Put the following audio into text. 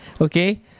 okay